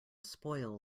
spoil